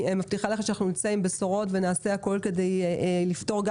אני מבטיחה לך שאנחנו נצא עם בשורות ונעשה הכול כדי לפתור גם